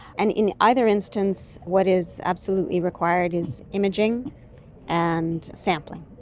and in either instance, what is absolutely required is imaging and sampling.